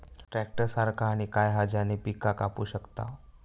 Tractor सारखा आणि काय हा ज्याने पीका कापू शकताव?